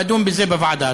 לדון בזה בוועדה.